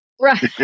Right